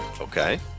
Okay